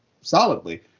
solidly